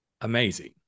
amazing